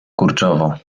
kurczowo